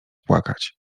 płakać